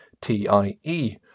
TIE